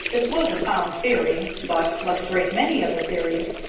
this was a sound theory, but, like a great many other theories,